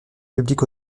public